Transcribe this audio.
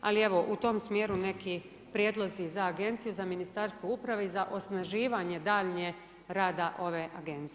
Ali evo u tom smjeru neki prijedlozi za Agenciju, za Ministarstvo uprave i za osnaživanje daljnjeg rada ove Agencije.